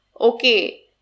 okay